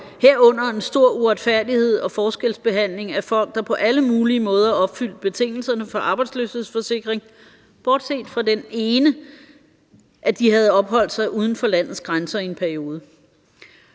herunder en stor uretfærdighed og forskelsbehandling af folk, der på alle mulige måder opfyldte betingelserne for arbejdsløshedsforsikring, bortset fra den ene: at de havde opholdt sig uden for landets grænser i en periode.